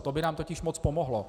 To by nám totiž moc pomohlo.